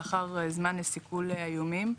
לאחר זמן לסיכול האיומים.